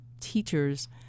teachers